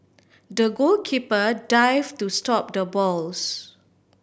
the goalkeeper dive to stop the balls